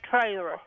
trailer